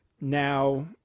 now